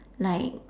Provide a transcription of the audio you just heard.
like